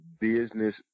business